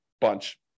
bunch